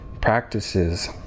practices